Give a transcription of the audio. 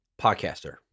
podcaster